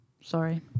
Sorry